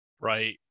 right